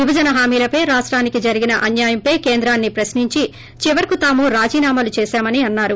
విభజన హామీలపై రాష్టానికి జరిగిన అన్యాయంపై కేంద్రాన్ని ప్రశ్నించి చివరకు తాము రాజీనామాలు చేశామని అన్నారు